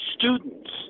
students